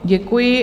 Děkuji.